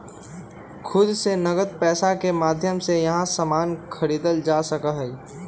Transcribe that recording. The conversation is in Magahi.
खुद से नकद पैसा के माध्यम से यहां सामान खरीदल जा सका हई